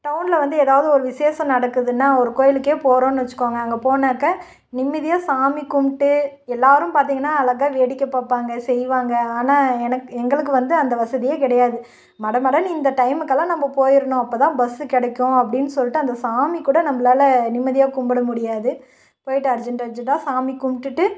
டௌனில் வந்து ஏதாவது ஒரு விசேஷம் நடக்குதுன்னா ஒரு கோயிலுக்கே போறோனு வச்சிக்கோங்க அங்கே போனாக்க நிம்மதியாக சாமி கும்பிட்டு எல்லோரும் பார்த்திங்கனா அழகாக வேடிக்கை பார்ப்பாங்க செய்வாங்க ஆனால் எனக் எங்களுக்கு வந்து அந்த வசதியே கிடையாது மடமடன்னு இந்த டைமுக்கெல்லாம் நம்ம போயிடணும் அப்போ தான் பஸ்ஸு கிடைக்கும் அப்படின் சொல்லிட்டு அந்த சாமி கூட நம்மளால நிம்மதியாக கும்பிட முடியாது போய்ட்டு அர்ஜெண்ட் அர்ஜெண்ட்டாக சாமி கும்பிட்டுட்டு